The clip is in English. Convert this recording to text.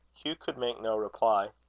hugh could make no reply.